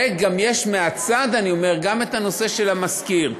ויש מהצד, אני אומר, גם את הנושא של המשכיר.